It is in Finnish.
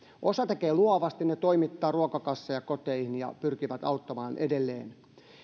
osa tekee luovasti ne toimittavat ruokakasseja koteihin ja pyrkivät auttamaan edelleen